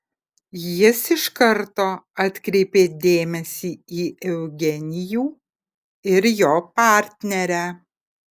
jis iš karto atkreipė dėmesį į eugenijų ir jo partnerę